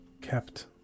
kept